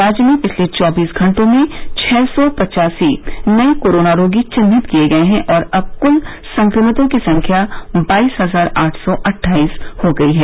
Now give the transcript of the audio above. राज्य में पिछले चौबीस घंटों में छः सौ पचासी नये कोरोना रोगी चिन्हित किये गये हैं और अब क्ल संक्रमितों की संख्या बाईस हजार आठ सौ अट्ठाईस हो गई है